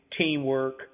teamwork